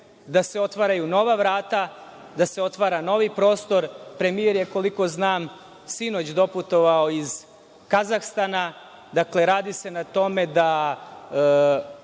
da se otvaraju nova vrata, da se otvara novi prostor. Premijer je, koliko znam sinoć doputovao iz Kazahstana. Dakle, radi se na tome da